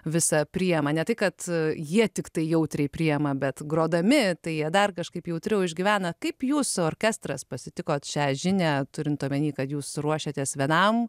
visą priima ne tai kad jie tiktai jautriai priima bet grodami tai jie dar kažkaip jautriau išgyvena kaip jūsų orkestras pasitikot šią žinią turint omeny kad jūs ruošiatės vienam